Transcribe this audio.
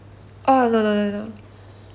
oh no no no no